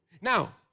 Now